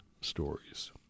stories